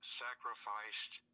sacrificed